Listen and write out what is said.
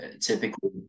typically